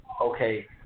Okay